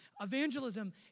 evangelism